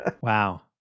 Wow